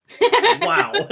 wow